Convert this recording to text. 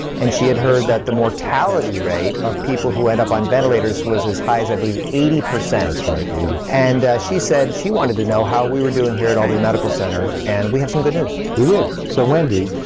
and she had heard that the mortality rate of people who end up on ventilators was as high as, i believe, eighty. that's right, eighty. and she said she wanted to know how we were doing here at albany medical center. and we have some good news. we do. so wendy,